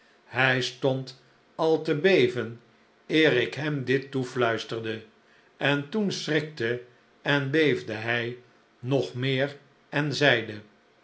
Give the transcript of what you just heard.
hij stond al te beven eer ik hem dit toefluisterde en toen schrikte en beefde hij nog meer en zeide